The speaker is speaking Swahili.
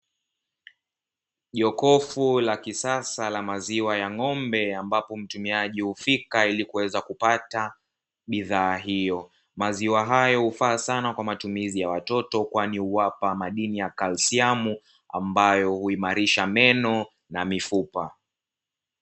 Jokofu la kisasa la maziwa ya ng'ombe ambapo mtumiaji hufika ili kuweza kupata bidhaa hiyo. Maziwa hayo hufaa sana kwa matumizi ya watoto kwani huwapa madini ya kalsiamu, ambayo huimarisha meno na mifupa.